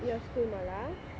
your school mala